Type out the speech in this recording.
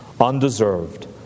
Undeserved